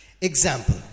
Example